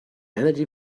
energy